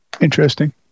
Interesting